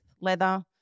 leather